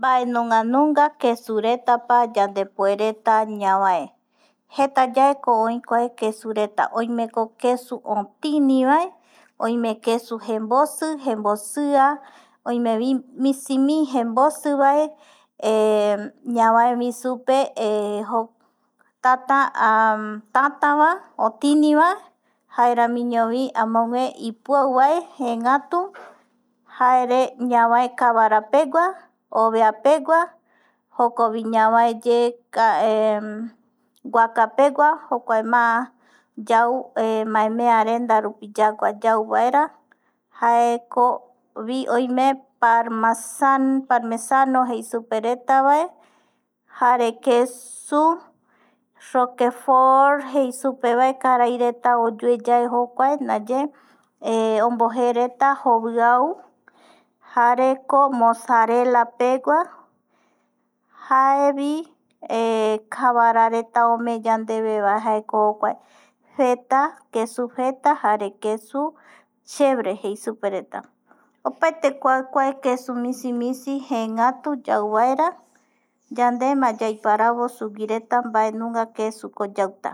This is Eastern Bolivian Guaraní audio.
Mbae nunga nunga kesuretapa yandepuereta ñavae, jeta yaeko oi kua kesureta oimeko oi otinivae, oime kesu jembosi, jembosia, oimevi misimi jembosivae, ñavaevi supe tata tatava otiniva jaeramiñovi amogue ipiauvae jengatu, jare ñavae kavarapegua, ovea pegua, jokovi ñavaeye guakapegua jokuae má yau maemearenda rupi yagua yauvaera, jaekovi oime parmesano jei superetavae jare kesu roquefort jei supevae karai reta oyue yaevae ombojereta joviau jareko mosarelapegua jaevi kavarareta omee yandeveva jaeko jokuaae jeta kesu chevere jei superetava opaete kuakuae, kesu misi jeengatu yauvaera, yandema yaiparavo mbae nunga kesura yautavae